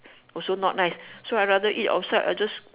also not nice so I'd rather eat outside I just